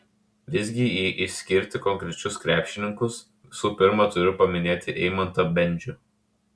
visgi jei išskirti konkrečius krepšininkus visų pirma turiu paminėti eimantą bendžių